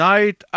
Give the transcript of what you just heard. Night